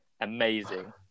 amazing